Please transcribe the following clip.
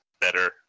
better